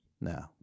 No